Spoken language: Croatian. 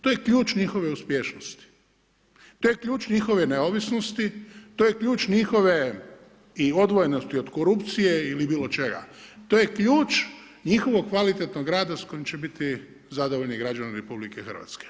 To je ključ njihove uspješnosti, to je ključ njihove neovisnosti, to je ključ njihove i odvojenosti od korupcije ili bilo čega, to je ključ njihovog kvalitetnog rada s kojim će biti zadovoljni građani RH.